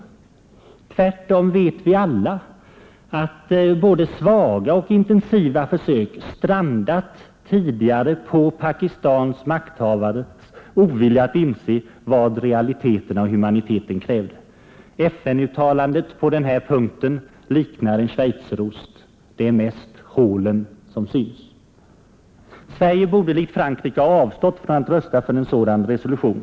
Tvärtom vet vi att både svaga och intensiva försök tidigare strandat på Pakistans makthavares ovilja att inse vad realiteterna och humaniteten krävde. FN-uttalandet på den här punkten liknar en schweizerost: det är mest hålen som syns. Sverige borde likt Frankrike ha avstått från att rösta för en sådan resolution.